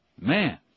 Man